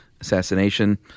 assassination